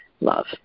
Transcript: love